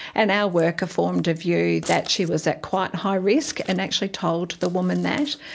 and our worker formed a view that she was at quite high risk, and actually told the woman that.